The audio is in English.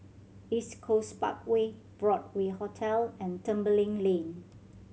East Coast Parkway Broadway Hotel and Tembeling Lane